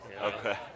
Okay